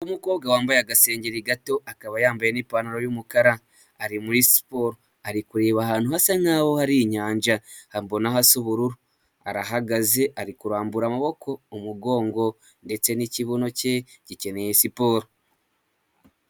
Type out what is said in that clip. Umukobwa wambaye agasengeri gato akaba yambaye n'ipantaro y'umukara ari muri siporo, ari kureba ahantu hasa nk'aho hari inyanja mbona hasa ubururu, arahagaze ari kurambura amaboko umugongo ndetse n'ikibuno cye gikeneye siporo.